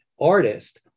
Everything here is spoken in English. artist